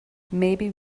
maybe